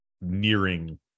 nearing